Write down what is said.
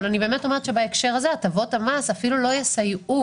אבל אני אומרת שבהקשר הזה הטבות המס אפילו לא יסייעו,